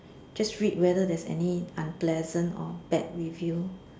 just read whether there is any unpleasant or bad review